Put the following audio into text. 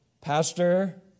Pastor